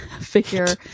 figure